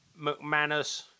McManus